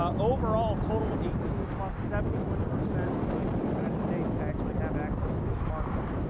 um overall, total eighteen, seventy one percent of people in the united states actually have access to a smartphone.